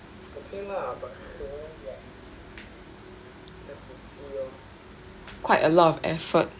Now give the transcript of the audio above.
quite a lot of effort